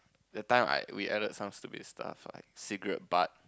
that time I we added some stupid stuff like cigarette butt